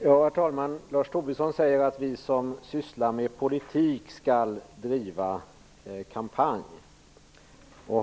Herr talman! Lars Tobisson säger att vi som sysslar med politik skall driva kampanj.